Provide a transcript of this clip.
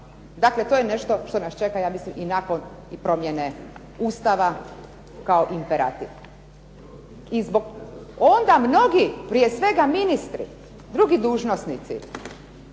Dakle to je nešto što nas čeka ja mislim i nakon i promjene Ustava kao imperativ. I zbog, onda mnogi, prije svega ministri, drugi dužnosnici